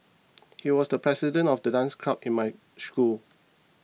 he was the president of the dance club in my school